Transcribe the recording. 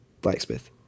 blacksmith